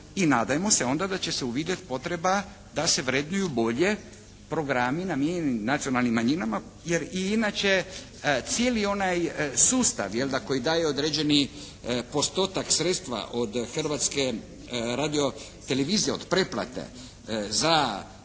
i nadajmo se onda da će se uvidjeti potreba da se vrednuju bolje programi namijenjeni nacionalnim manjinama, jer inače cijeli onaj sustav koji daje određeni postotak sredstva od Hrvatske radiotelevizije, od pretplate za